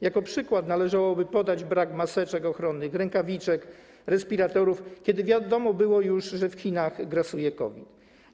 Jako przykład należałoby podać brak maseczek ochronnych, rękawiczek, respiratorów, kiedy wiadomo było już, że w Chinach grasuje COVID.